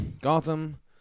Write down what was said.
Gotham